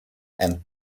and